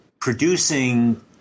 producing